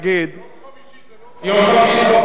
חמישי לפני עשרה ימים.